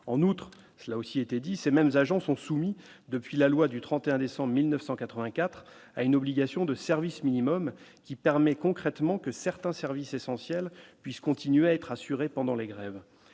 en outre cela aussi été dit ces mêmes agents sont soumis depuis la loi du 31 décembre 1984 à une obligation de service minimum qui permet concrètement que certains services essentiels puisse continuer à être assurée pendant les grèves,